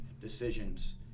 decisions